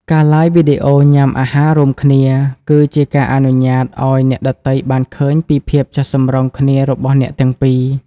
ការ Live វីដេអូញ៉ាំអាហាររួមគ្នា គឺជាការអនុញ្ញាតឱ្យអ្នកដទៃបានឃើញពីភាពចុះសម្រុងគ្នារបស់អ្នកទាំងពីរ។